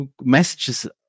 messages